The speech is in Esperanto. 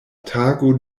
tago